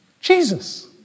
Jesus